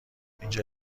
اینجا